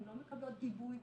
הן לא מקבלות גיבוי,